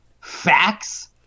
facts